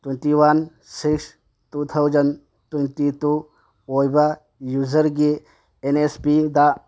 twenty one six two thousand twenty two ꯑꯣꯏꯕ ꯌꯨꯖꯔꯒꯤ N S ꯄꯤꯗ